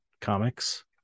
comics